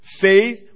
Faith